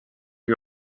lui